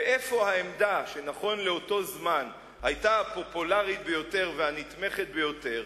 ואיפה העמדה שנכון לאותו זמן היתה הפופולרית ביותר והנתמכת ביותר,